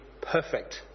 perfect